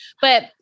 But-